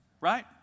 Right